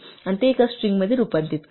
आणि ते एका स्ट्रिंगमध्ये रूपांतरित करा